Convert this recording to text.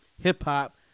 hip-hop